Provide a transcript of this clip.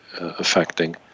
affecting